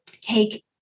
take